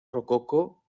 rococó